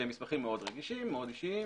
שהם מאוד רגישים ואישיים,